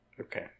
okay